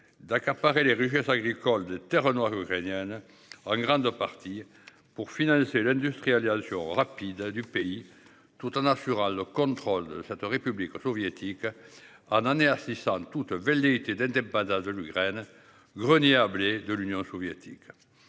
d'accaparer les richesses agricoles de Terrenoire ukrainienne en grande partie pour financer l'industrialisation rapide du pays tout en assurant le contrôle de cette république auto-soviétique. A donné à 600 toute velléité d'pas de l'Ukraine. Grenier à blé de l'Union soviétique.